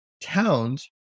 towns